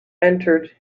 entered